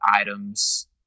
items